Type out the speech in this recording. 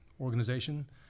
organization